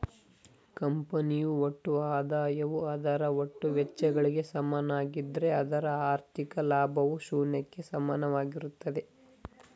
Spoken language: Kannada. ಕಂಪನಿಯು ಒಟ್ಟು ಆದಾಯವು ಅದರ ಒಟ್ಟು ವೆಚ್ಚಗಳಿಗೆ ಸಮನಾಗಿದ್ದ್ರೆ ಅದರ ಹಾಥಿ೯ಕ ಲಾಭವು ಶೂನ್ಯಕ್ಕೆ ಸಮನಾಗಿರುತ್ತದೆ